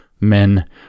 men